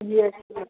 جی اچھی بات ہے